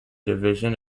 division